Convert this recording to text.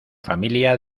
familia